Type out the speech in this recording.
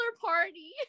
party